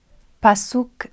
Pasuk